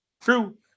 True